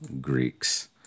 Greeks